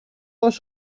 πώς